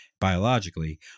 biologically